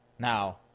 Now